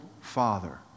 father